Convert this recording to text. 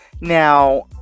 Now